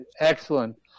Excellent